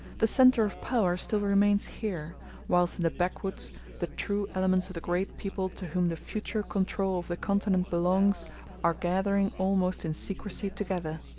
the centre of power still remains here whilst in the backwoods the true elements of the great people to whom the future control of the continent belongs are gathering almost in secrecy together.